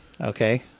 okay